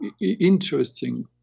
interesting